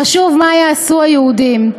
חשוב מה יעשו היהודים'.